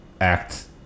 act